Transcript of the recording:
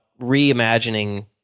reimagining